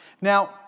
Now